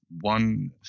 one